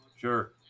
Sure